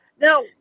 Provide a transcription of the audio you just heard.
Now